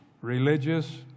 religious